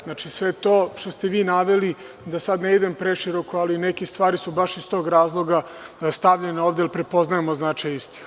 Znači sve to što ste vi naveli, da sada ne idem preširoko, ali neke stvari su baš iz tog razloga stavljene ovde, jer prepoznajemo značaj istih.